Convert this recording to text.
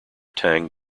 tang